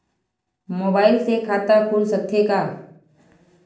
Mobile से खाता खुल सकथे का?